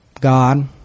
God